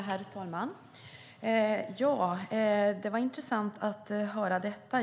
Herr talman! Det var intressant att höra detta.